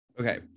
okay